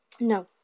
No